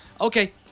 Okay